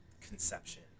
conception